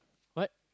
what